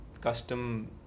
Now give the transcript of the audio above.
custom